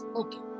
okay